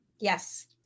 Yes